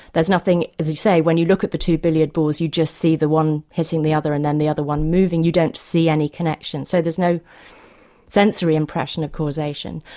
there's nothing, as you say, when you look at the two billiard balls you just see the one hitting the other and then the other one moving, you don't see any connection. so there's no sensory impression of causation.